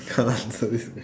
I can't answer this question